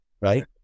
right